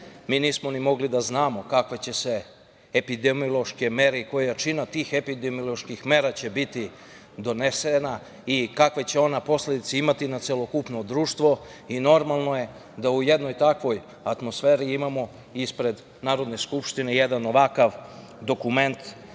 mi nismo ni mogli da znamo kako će se epidemiološke mere i koja jačina tih epidemioloških mera, donesena i kakve će ona posledice imati na celokupno društvo i normalno je da u jednoj takvoj atmosferi imamo ispred Narodne skupštine, jedan ovakav dokument,